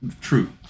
true